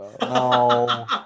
No